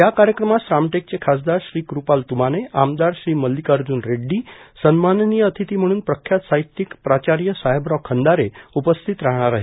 या कार्यक्रमास रामटेकचे खासदार श्री कुपाल तुमाने आमदार श्री मल्लिकार्जुन रेड्डी सन्माननीय अतिथी म्हणून प्रख्यात साहित्यिक प्राचार्य साहेबराव खंदारे उपस्थित राहणार आहेत